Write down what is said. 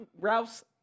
Ralphs